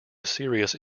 serious